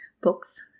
books